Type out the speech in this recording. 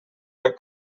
are